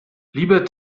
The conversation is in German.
lieber